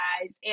guys